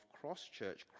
cross-church